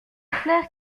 flaire